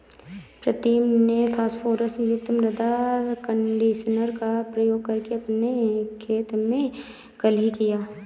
प्रीतम ने फास्फोरस युक्त मृदा कंडीशनर का प्रयोग अपने खेत में कल ही किया